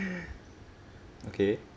okay